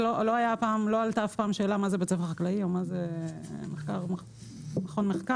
לא עלתה אף פעם שאלה מה זה בית ספר חקלאי או מה זה מכון מחקר.